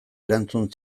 erantzun